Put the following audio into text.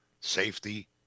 Safety